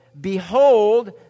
Behold